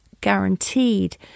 guaranteed